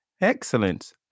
Excellent